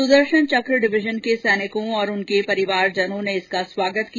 Sudarshan Chakra division के सैनिकों और उनके परिवार ने इसका स्वागत किया